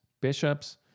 bishops